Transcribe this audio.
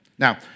Now